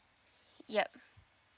yup